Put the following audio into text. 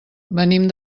venim